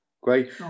Great